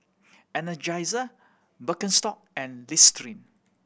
Energizer Birkenstock and Listerine